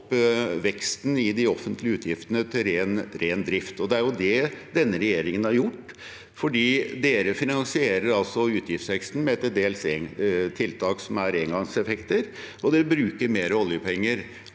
veksten i de offentlige utgiftene til ren drift. Det er det denne regjeringen har gjort, for den finansierer utgiftsveksten med til dels tiltak som er engangseffekter, og den bruker mer oljepenger.